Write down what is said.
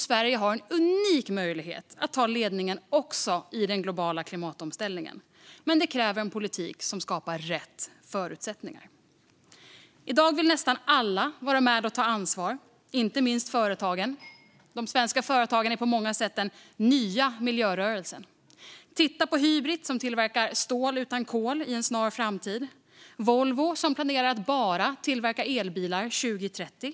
Sverige har en unik möjlighet att ta ledningen också i den globala klimatomställningen, men det kräver en politik som skapar rätt förutsättningar. I dag vill nästan alla vara med och ta ansvar, inte minst företagen. De svenska företagen är på många sätt den nya miljörörelsen. Titta på Hybrit, som i en snar framtid tillverkar stål utan kol! Titta på Volvo, som planerar att bara tillverka elbilar 2030!